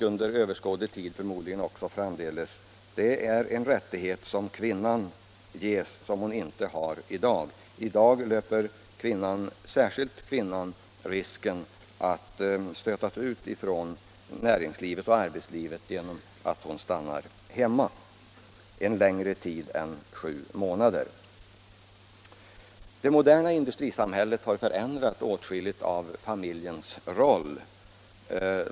Med de värderingar som råder nu och förmodligen under överskådlig framtid drabbar det många kvinnor. I dag löper särskilt kvinnan risk att stötas ut från arbetslivet genom att hon stannar hemma efter barnafödsel längre tid än sju månader. Det moderna industrisamhället har förändrat åtskilligt av familjens roll.